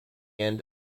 end